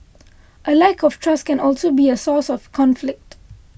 a lack of trust can also be a source of conflict